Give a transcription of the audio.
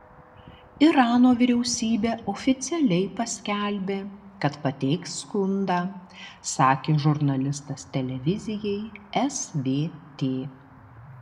irano vyriausybė oficialiai paskelbė kad pateiks skundą sakė žurnalistas televizijai svt